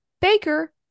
Baker